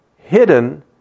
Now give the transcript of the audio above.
hidden